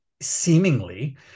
seemingly